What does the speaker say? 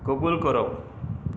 कबूल करप